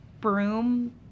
broom